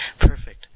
Perfect